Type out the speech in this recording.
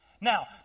Now